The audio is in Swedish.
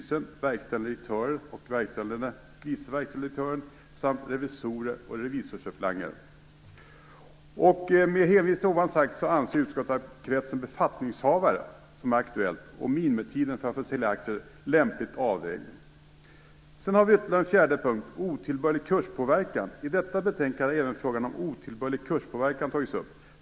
Skulle någon överträda förbudet skall Med hänvisning till det ovan sagda anser utskottet att såväl kretsen befattningshavare som är aktuella som minimitiden för att få sälja aktier är lämpligt avvägda. Sedan har vi det fjärde momentet. Det handlar om otillbörlig kurspåverkan. I detta betänkande har även den frågan tagits upp.